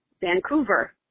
Vancouver